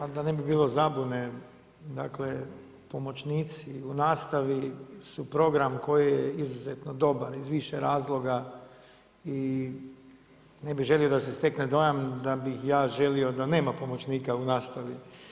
Ali da ne bi bilo zabune, dakle, pomoćnici u nastavi su program koji je izuzetno dobar, iz više razloga i ne bi želio da se stekne dojam da bih ja želio da nema pomoćnika u nastavi.